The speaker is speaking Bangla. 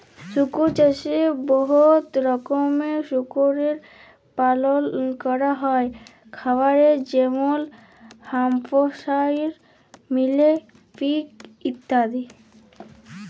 শুকর চাষে বহুত রকমের শুকরের পালল ক্যরা হ্যয় খামারে যেমল হ্যাম্পশায়ার, মিলি পিগ ইত্যাদি